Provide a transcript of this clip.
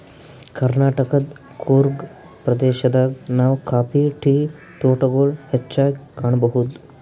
ಕರ್ನಾಟಕದ್ ಕೂರ್ಗ್ ಪ್ರದೇಶದಾಗ್ ನಾವ್ ಕಾಫಿ ಟೀ ತೋಟಗೊಳ್ ಹೆಚ್ಚಾಗ್ ಕಾಣಬಹುದ್